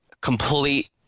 complete